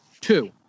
two